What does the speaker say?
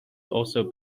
also